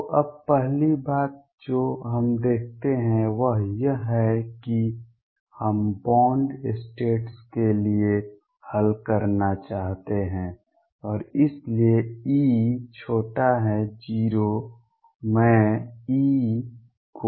तो अब पहली बात जो हम देखते हैं वह यह है कि हम बॉन्ड स्टेट्स के लिए हल करना चाहते हैं और इसलिए E 0 मैं E को